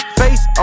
face